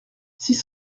six